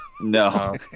No